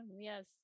Yes